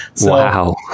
Wow